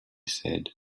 said